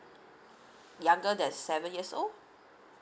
younger that's seven years old